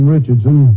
Richardson